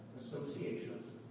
associations